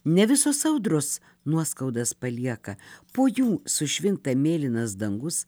ne visos audros nuoskaudas palieka po jų sušvinta mėlynas dangus